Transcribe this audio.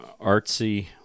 ...artsy